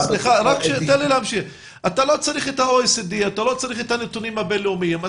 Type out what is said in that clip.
אתה לא צריך את ה-OECD ולא נתונים בין-לאומיים.